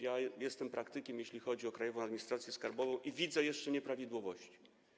Ja jestem praktykiem, jeśli chodzi o Krajową Administrację Skarbową, i widzę jeszcze nieprawidłowości.